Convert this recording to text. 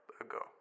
ago